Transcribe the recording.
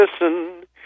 listen